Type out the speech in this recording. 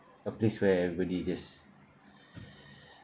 a place where everybody just